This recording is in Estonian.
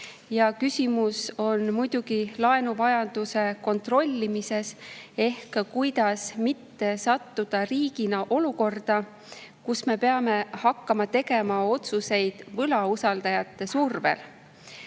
Küsimus on muidugi laenuvajaduse kontrollimises ehk selles, kuidas mitte sattuda riigina olukorda, kus me peame hakkama tegema otsuseid võlausaldajate survel.